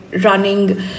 running